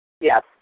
Yes